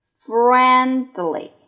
friendly